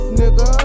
nigga